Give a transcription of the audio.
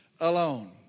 alone